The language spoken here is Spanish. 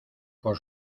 por